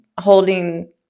holding